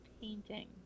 painting